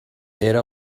era